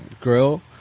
grill